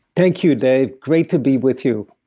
thank you, dave. great to be with you.